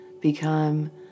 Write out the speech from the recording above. become